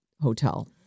hotel